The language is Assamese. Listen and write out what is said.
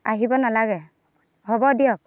আহিব নালাগে হ'ব দিয়ক